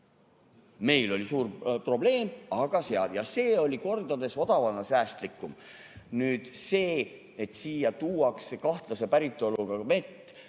Meil oli suur probleem, aga seal oli see kordades odavam ja säästlikum. Nüüd sellest, et siia tuuakse kahtlase päritoluga mett.